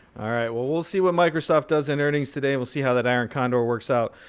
all right, well we'll see what microsoft does in earnings today. we'll see how that iron condor works out.